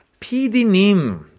PD님